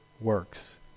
works